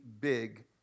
big